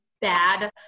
bad